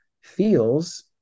feels